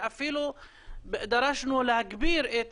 ואפילו דרשנו להגביר את